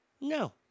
No